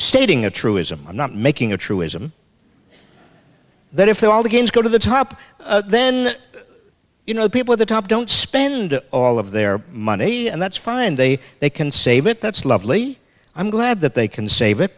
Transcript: stating a truism not making a truism that if that all the gains go to the top then you know people the top don't spend all of their money and that's fine they they can save it that's lovely i'm glad that they can save it